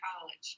college